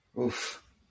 Oof